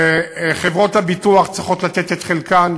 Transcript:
חברות הביטוח צריכות לתת את חלקן,